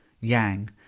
yang